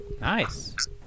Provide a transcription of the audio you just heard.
Nice